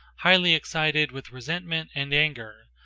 highly excited with resentment and anger.